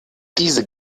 diese